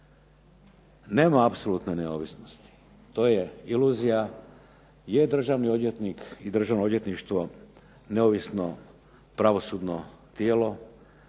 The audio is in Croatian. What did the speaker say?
Nema apsolutne neovisnosti. To je iluzija. Je državni odvjetnik i Državno odvjetništvo neovisno pravosudno tijelo,